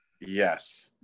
yes